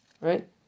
right